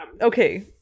Okay